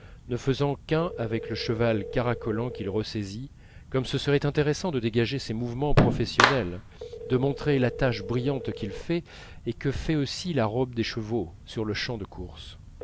ne faisant qu'un avec le cheval caracolant qu'il ressaisit comme ce serait intéressant de dégager ses mouvements professionnels de montrer la tache brillante qu'il fait et que fait aussi la robe des chevaux sur le champ de courses